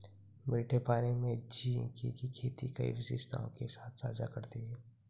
मीठे पानी में झींगे की खेती कई विशेषताओं के साथ साझा करती है